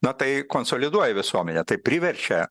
na tai konsoliduoja visuomenę tai priverčia